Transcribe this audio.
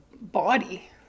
body